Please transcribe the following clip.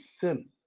sin